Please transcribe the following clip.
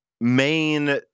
main